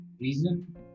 Reason